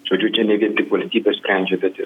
žodžiu čia ne vien tik valstybės sprendžia bet ir